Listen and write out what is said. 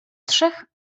trzech